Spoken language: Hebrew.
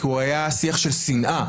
כי הוא היה שיח של שנאה.